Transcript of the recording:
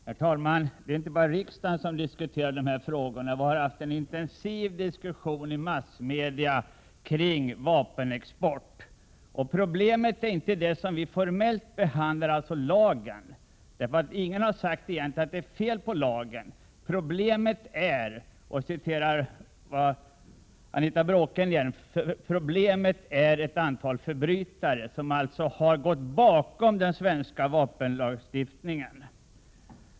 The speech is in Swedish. Herr talman! Det är inte bara riksdagen som diskuterar denna fråga. Vi har i massmedia haft en intensiv diskussion om vapenexporten. Problemet är inte det som vi formellt behandlar, dvs. lagen. Ingen har nämligen sagt att det är fel på lagen. Problemet är — för att citera Anita Bråkenhielm — ett antal förbrytare, som alltså har kringgått den svenska vapenexportlagstiftningen.